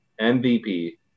MVP